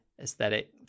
aesthetic –